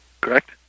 correct